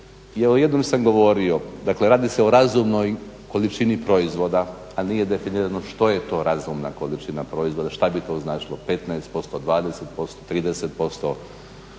i o jednoj sam govorio. Dakle, radi se o razumnoj količini proizvoda, a nije definirano što je to razumna količina proizvoda, što bi to značilo, 15%, 20%, 30%?